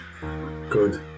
Good